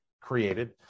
created